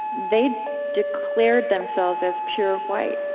they declared themselves as pure white.